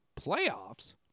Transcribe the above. playoffs